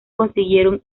consiguieron